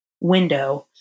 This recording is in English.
window